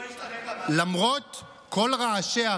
לא השתנית מאז שאתה שר?